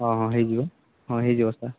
ହଁ ହଁ ହେଇଯିବ ହଁ ହେଇଯିବ ବ୍ୟବସ୍ଥା